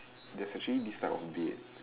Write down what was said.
there's actually this type of bed